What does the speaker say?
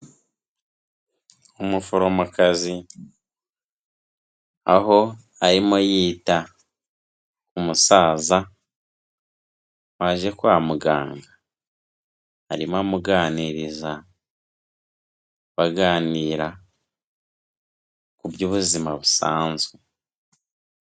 Umuforomokazi aho arimo yita ku musaza waje kwa muganga, arimo amuganiriza baganira ku by'ubuzima busanzwe.